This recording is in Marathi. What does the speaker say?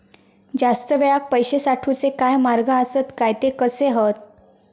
जास्त वेळाक पैशे साठवूचे काय मार्ग आसत काय ते कसे हत?